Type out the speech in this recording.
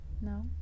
no